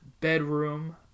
bedroom